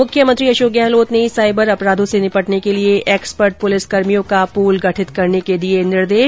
मुख्यमंत्री अशोक गहलोत ने साइबर अपराधों से निपटने के लिए एक्सपर्ट पुलिस कर्मियों का पूल गठित करने के दिए निर्देश